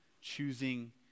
choosing